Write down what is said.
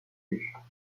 buts